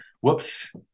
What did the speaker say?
whoops